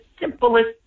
simplest